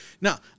Now